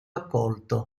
accolto